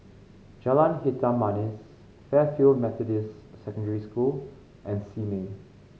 Jalan Hitam Manis Fairfield Methodist Secondary School and Simei